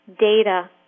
data